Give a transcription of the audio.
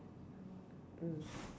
mm